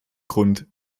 grund